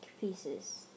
pieces